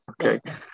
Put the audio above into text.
Okay